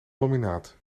laminaat